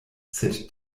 sed